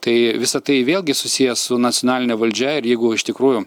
tai visa tai vėlgi susiję su nacionaline valdžia ir jeigu iš tikrųjų